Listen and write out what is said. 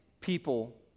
people